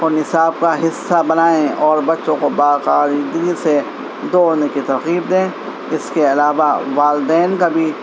اور نصاب کا حصہ بنائیں اور بچوں کو باقاعدگی سے دوڑنے کی ترغیب دیں اس کے علاوہ والدین کا بھی